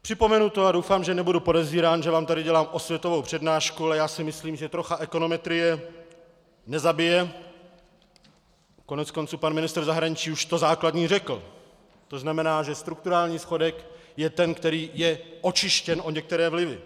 Připomenu to a doufám, že nebudu podezírán, že vám tady dělám osvětovou přednášku, ale já si myslím, že trocha ekonometrie nezabije, koneckonců pan ministr zahraničí už to základní řekl, to znamená, že strukturální schodek je ten, který je očištěn o některé vlivy.